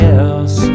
else